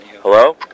Hello